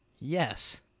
Yes